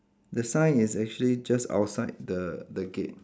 the sign is actually just outside the the gate